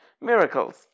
Miracles